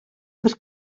бер